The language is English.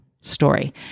story